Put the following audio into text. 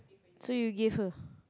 so you gave her